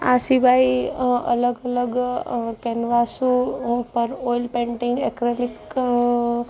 આ સિવાય અલગ અલગ કેનવાસો ઉપર ઓઇલ પેંટિંગ એક્રેલીક